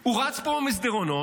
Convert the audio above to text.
הוא רץ פה במסדרונות,